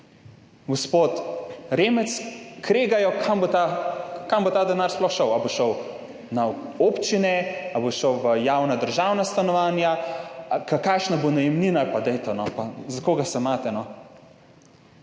gospod Remec kregata, kam bo ta denar sploh šel, ali bo šel na občine ali bo šel v javna državna stanovanja, kakšna bo najemnina … Pa dajte, no! Za koga se imate?